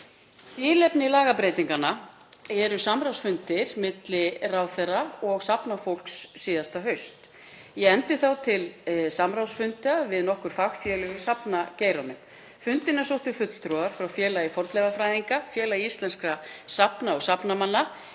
Tilefni lagabreytinganna eru samráðsfundir milli ráðherra og safnafólks síðasta haust. Ég efndi þá til samráðsfunda við nokkur fagfélög í safnageiranum. Fundina sóttu fulltrúar frá Félagi fornleifafræðinga, Félagi íslenskra safna- og safnmanna,